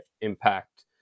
Impact